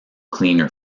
cleaner